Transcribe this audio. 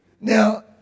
Now